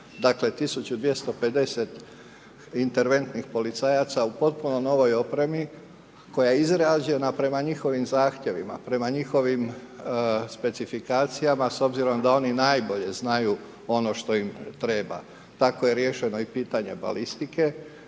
Dakle, 1250 interventnih policajaca u potpuno novoj opremi koja je izrađena prema njihovim zahtjevima, prema njihovim specifikacijama, s obzirom da oni najbolje znaju ono što im treba. Tako je riješeno i pitanje balistike,